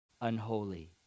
unholy